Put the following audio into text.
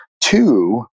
Two